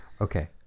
Okay